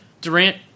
Durant